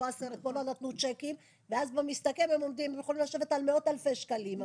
פה לא נתנו צ'קים ואז במסתכם הם יכולים לשבת על מאות אלפי שקלים.